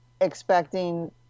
expecting